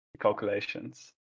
calculations